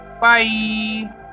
Bye